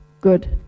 Good